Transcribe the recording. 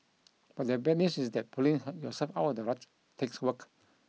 but the bad news is that pulling her yourself out of the rut takes work